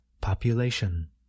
population